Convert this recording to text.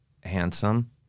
handsome